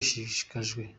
ishishikajwe